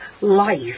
life